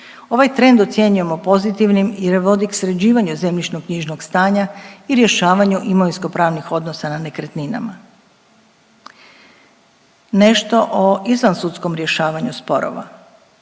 Ovaj trend ocjenjujemo pozitivnim jer vodi k sređivanju zemljišno-knjižnog stanja i rješavanju imovinskopravnih odnosa na nekretninama. Nešto o izvan sudskom rješavanju sporova,